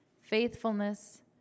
faithfulness